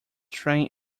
train